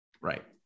Right